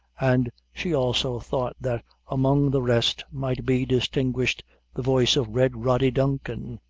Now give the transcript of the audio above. and she also thought that among the rest might be distinguished the voice of red rody duncan.